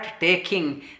taking